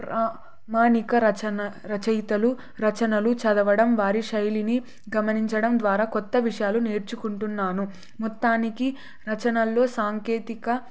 ప్రామానిక రచన రచయితలు రచనలు చదవడం వారి శైలిని గమనించడం ద్వారా కొత్త విషయాలు నేర్చుకుంటున్నాను మొత్తానికి రచనల్లో సాంకేతిక